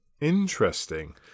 interesting